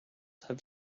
have